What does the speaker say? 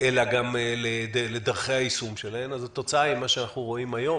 אלא גם לדרכי היישום שלהן אז התוצאה היא מה שאנחנו רואים היום,